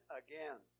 again